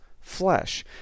flesh